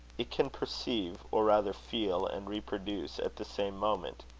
it can perceive, or rather feel, and reproduce, at the same moment.